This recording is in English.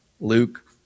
Luke